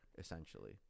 essentially